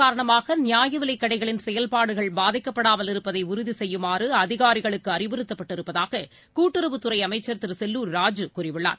காரணமாகநியாயவிலைகடைகளின் செயல்பாடுகள் பாதிக்கப்படாமல் மழைக் இருப்பதைஉறுதிசெய்யுமாறுஅதிகாரிகளுக்குஅறிவுறுத்தப்பட்டிருப்பதாககூட்டுறவுத் துறைஅமைச்சர் திருசெல்லூர் ராஜூ கூறியுள்ளார்